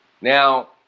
Now